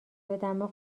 دماغ